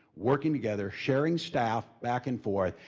working together, sharing staff back and forth,